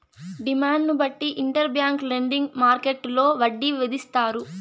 డిమాండ్ను బట్టి inter bank lending మార్కెట్టులో వడ్డీ విధిస్తారు